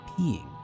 peeing